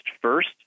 first